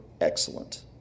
excellent